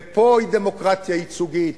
ופה זו דמוקרטיה ייצוגית.